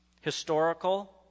Historical